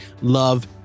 love